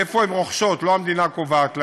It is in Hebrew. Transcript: איפה הן רוכשות, לא המדינה קובעת להן,